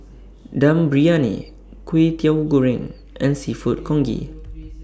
Dum Briyani Kwetiau Goreng and Seafood Congee